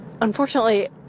unfortunately